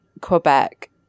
quebec